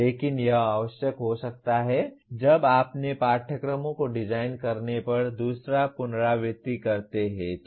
लेकिन यह आवश्यक हो सकता है जब आप अपने पाठ्यक्रमों को डिजाइन करने पर दूसरा पुनरावृत्ति करते हैं तो